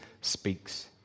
speaks